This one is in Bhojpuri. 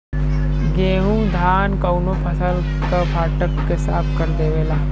गेहू धान कउनो फसल क फटक के साफ कर देवेला